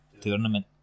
tournament